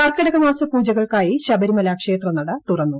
കർക്കടകമാസ പൂജകൾക്കായി ശബരിമല ക്ഷേത്രനട തുറന്നു